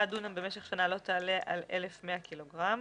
דונם במשך שנה לא תעלה על 1,100 קילוגרם.